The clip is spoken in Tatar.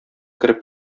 кереп